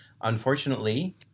unfortunately